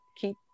keep